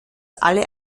alle